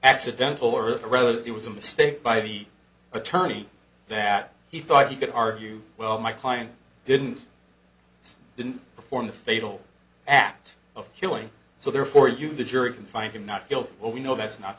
accidental or rather it was a mistake by the attorney that he thought he could argue well my client didn't say i didn't perform the fatal act of killing so therefore you the jury can find him not guilty well we know that's not